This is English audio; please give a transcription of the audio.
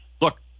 Look